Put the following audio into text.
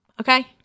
Okay